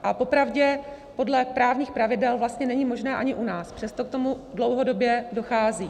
A popravdě podle právních pravidel vlastně není možné ani u nás, přesto k tomu dlouhodobě dochází.